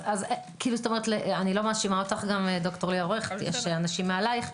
אני לא מאשימה אותך יש אנשים מעליך,